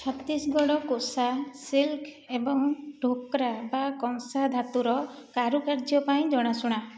Chhattisgarh 'Kosa silk ' ଏବଂ 'ଢୋକ୍ରା ବା କଂସା ଧାତୁର କାରୁକାର୍ଯ୍ୟ' ପାଇଁ ଜଣାଶୁଣା